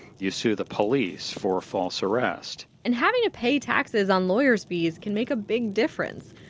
you sue the police for false arrest. and having to pay taxes on lawyer's fees can make a big difference,